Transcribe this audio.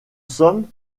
somme